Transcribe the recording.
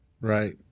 Right